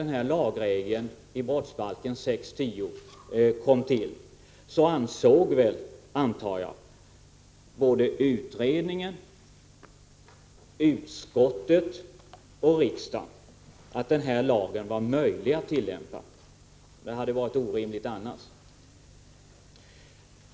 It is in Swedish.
När regeln i brottsbalken 6:10 kom till ansåg, förmodar jag, både utredningen, utskottet och riksdagen att den här lagen var möjlig att tillämpa. Något annat hade varit orimligt.